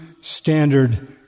standard